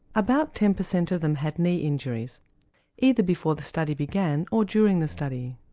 about ten percent of them had knee injuries either before the study began or during the study.